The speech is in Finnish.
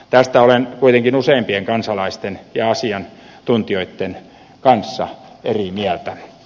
tästä olen kuitenkin useimpien kansalaisten ja asiantuntijoitten kanssa eri mieltä